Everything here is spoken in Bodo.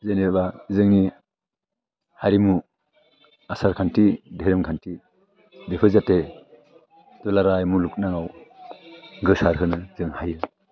जेनेबा जोंनि हारिमु आसारखान्थि धोरोमखान्थि बेखौ जाहाथे दुलाराय मुलुगनाङाव गोसारहोनो जों हायो